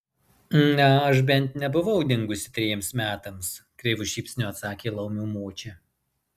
na aš bent nebuvau dingusi trejiems metams kreivu šypsniu atsakė laumių močia